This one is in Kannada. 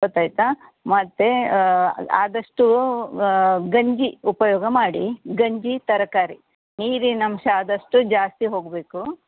ಗೊತ್ತಾಯಿತಾ ಮತ್ತು ಅ ಆದಷ್ಟು ಗಂಜಿ ಉಪಯೋಗ ಮಾಡಿ ಗಂಜಿ ತರಕಾರಿ ನೀರಿನಾಂಶ ಆದಷ್ಟು ಜಾಸ್ತಿ ಹೋಗಬೇಕು